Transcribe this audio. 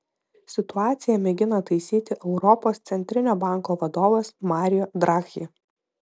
situaciją mėgina taisyti europos centrinio banko vadovas mario draghi